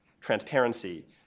transparency